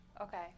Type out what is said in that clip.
Okay